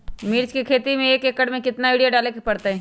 मिर्च के खेती में एक एकर में कितना यूरिया डाले के परतई?